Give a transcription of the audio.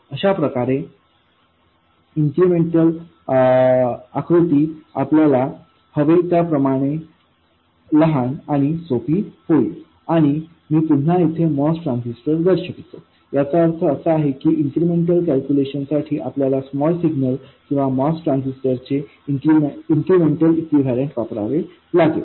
तर अशाप्रकारे इन्क्रिमेंटल आकृती आपल्याला हवी त्याप्रमाणे लहान आणि सोपी होईल आणि मी पुन्हा येथे MOS ट्रान्झिस्टर दर्शवितो याचा अर्थ असा आहे की इन्क्रिमेंटल कॅल्क्युलेशन साठी आपल्याला स्मॉल सिग्नल किंवा MOS ट्रान्झिस्टरचे इन्क्रिमेंटल इक्विवलन्ट वापरावे लागेल